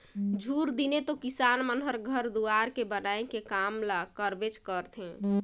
झूर दिने तो किसान मन हर घर दुवार के बनाए के काम ल करबेच करथे